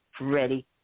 ready